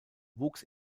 wuchs